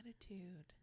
attitude